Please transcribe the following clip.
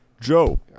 Joe